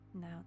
Now